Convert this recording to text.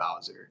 Bowser